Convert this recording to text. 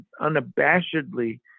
unabashedly